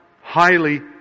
highly